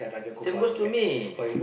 same goes to me